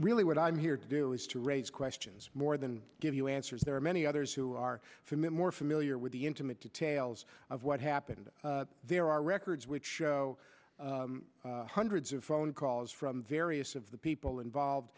really what i'm here to do is to raise questions more than give you answers there are many others who are from it more familiar with the intimate details of what happened there are records which show hundreds of phone calls from various of the people involved